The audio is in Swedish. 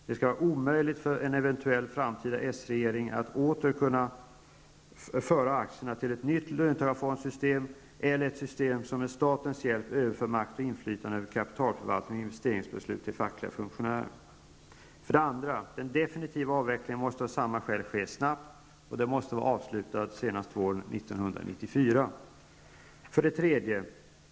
Det skall vara omöjligt för en eventuell framtida sregering att återföra aktierna till ett nytt löntagarfondssystem eller ett system som med statens hjälp överför makt och inflytande över kapitalförvaltning och investeringsbeslut till fackliga funktionärer. 2. Den definitiva avvecklingen måste av samma skäl ske snabbt och vara avslutad senast våren 1994. 3.